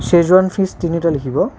schezwan fish তিনিটা লিখিব